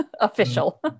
official